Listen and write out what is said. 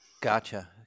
Gotcha